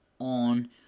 on